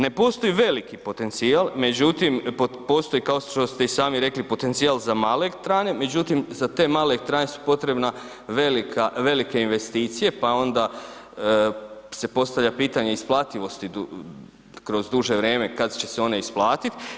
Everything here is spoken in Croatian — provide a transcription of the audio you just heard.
Ne postoji veliki potencijal, međutim postoji kao što ste i sami rekli potencijal za male elektrane, međutim za te male elektrane su potrebne velike investicije, pa onda se postavlja pitanje isplativosti kroz duže vrijeme kad će se one isplatit.